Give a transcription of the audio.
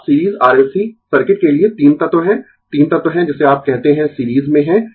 तो अब series R L C circuit के लिए तीन तत्व है तीन तत्व है जिन्हें आप कहते है सीरीज में है